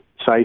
say